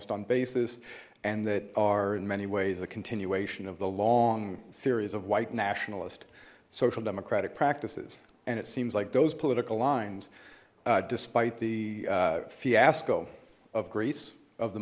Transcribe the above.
on bases and that are in many ways a continuation of the long series of white nationalist social democratic practices and it seems like those political lines despite the fiasco of greece of the